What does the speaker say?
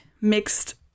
mixed